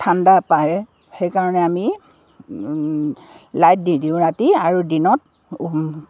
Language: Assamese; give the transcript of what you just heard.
ঠাণ্ডা পায় সেইকাৰণে আমি লাইট দি দিওঁ ৰাতি আৰু দিনত